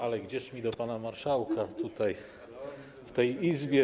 Ale gdzież mi do pana marszałka tutaj, w tej Izbie.